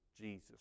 Jesus